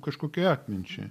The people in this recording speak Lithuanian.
kažkokiai atminčiai